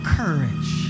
courage